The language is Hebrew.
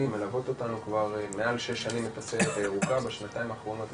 קודם כל בוקר טוב לי קוראים דורון, אני